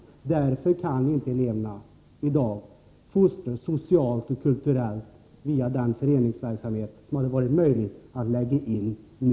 Därför kan inte eleverna i dag fostras socialt och kulturellt via den föreningsverksamhet som hade varit möjlig att lägga in nu.